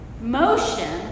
motion